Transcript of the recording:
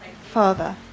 Father